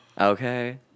okay